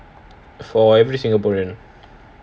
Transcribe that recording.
for every singaporean